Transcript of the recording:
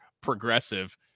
progressive